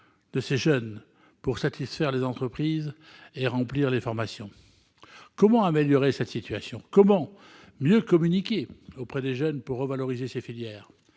50 000 jeunes pour satisfaire les entreprises et remplir les formations. Comment améliorer cette situation ? Comment mieux communiquer auprès des jeunes pour revaloriser ces filières ?